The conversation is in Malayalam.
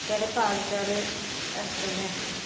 സ്ഥലം പാലക്കാട് അടുത്തുതന്നെ ആണ്